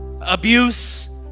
abuse